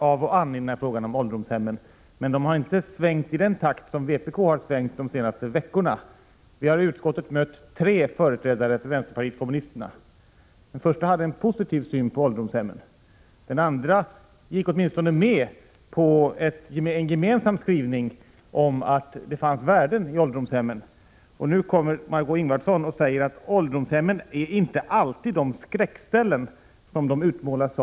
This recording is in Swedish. Jag vet att många åldriga makar låser in den andra när den friskare går ut, av omsorg av den andra. Det här måste vi ha klart för oss. Vi skall inte förtiga den verklighet som finns. Alltså måste vi utgå från den verkligheten och göra förändringar. Statsbidragen till hemtjänsten bör också styra de kommunala taxorna för servicen.